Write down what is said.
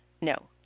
No